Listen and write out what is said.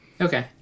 Okay